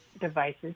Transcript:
devices